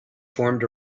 formed